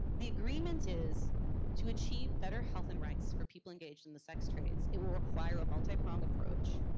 the agreement is to achieve better health and rights for people engaged in the sex trades. it will acquire a multi-pronged approach.